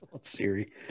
Siri